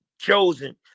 chosen